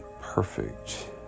perfect